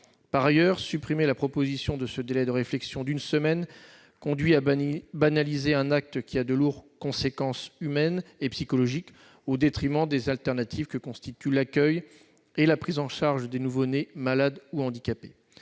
Par ailleurs, supprimer la proposition de ce délai de réflexion d'une semaine conduit à banaliser un acte qui a de lourdes conséquences humaines et psychologiques au détriment des alternatives que constituent l'accueil et la prise en charge des nouveau-nés malades ou handicapés.